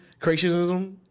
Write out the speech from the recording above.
Creationism